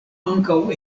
ankaŭ